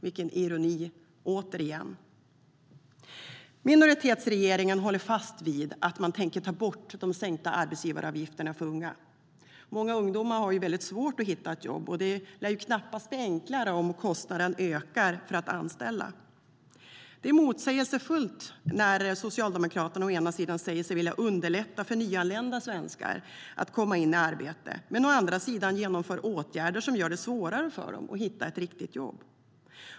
Vilken ironi, återigen! Det är motsägelsefullt när Socialdemokraterna å ena sidan säger sig vilja underlätta för nyanlända svenskar att komma i arbete men å andra sidan genomför åtgärder som gör det svårare för dem att hitta ett riktigt jobb.